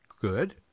good